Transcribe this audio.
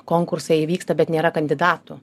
konkursai įvyksta bet nėra kandidatų